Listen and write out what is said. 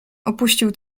opuścił